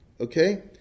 Okay